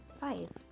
Five